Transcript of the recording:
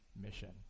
mission